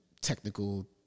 technical